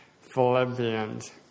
Philippians